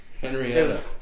Henrietta